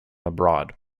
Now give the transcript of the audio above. abroad